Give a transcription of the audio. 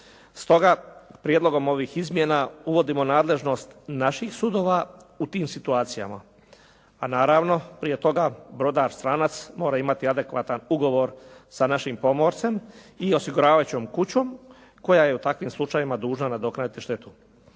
Stoga, prijedlogom ovih izmjena uvodimo nadležnost naših sudova u tim situacijama. A naravno prije toga, brodar stranac mora imati adekvatan ugovor sa našim pomorcem i osiguravajućom kućom koja je u takvim slučajevima dužna nadoknaditi štetu.